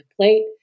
plate